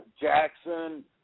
Jackson